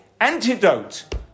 antidote